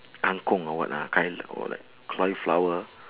kang kong or what ah kail~ or like cauliflower